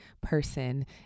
person